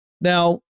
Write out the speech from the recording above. Now